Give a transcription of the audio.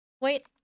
Wait